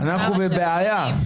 אנחנו בבעיה.